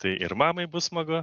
tai ir mamai bus smagu